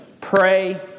pray